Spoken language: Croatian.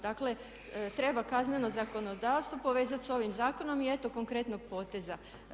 Dakle, treba kazneno zakonodavstvo povezati sa ovim zakonom i eto konkretnog poteza.